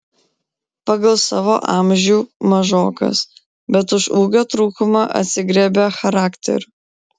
pagal savo amžių mažokas bet už ūgio trūkumą atsigriebia charakteriu